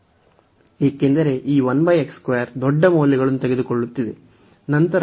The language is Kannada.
ಏಕೆಂದರೆ ಈ ದೊಡ್ಡ ಮೌಲ್ಯಗಳನ್ನು ತೆಗೆದುಕೊಳ್ಳುತ್ತಿದೆ ನಂತರ